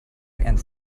and